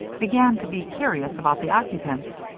began to be curious about the occupants.